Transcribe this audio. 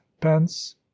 pence